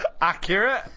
Accurate